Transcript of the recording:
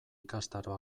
ikastaro